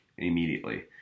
immediately